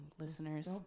listeners